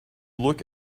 look